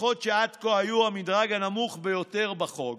התמיכות שעד כה היו המדרג הנמוך ביותר בחוק